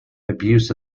abuse